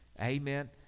Amen